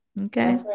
Okay